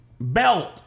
belt